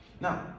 now